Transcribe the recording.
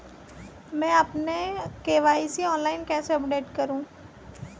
मैं अपना KYC online कैसे अपडेट करूँ?